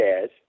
says